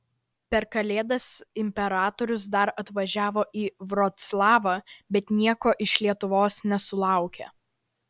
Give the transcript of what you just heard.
per kalėdas imperatorius dar atvažiavo į vroclavą bet nieko iš lietuvos nesulaukė